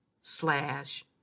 slash